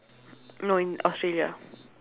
no in australia